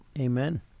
Amen